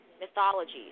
Mythologies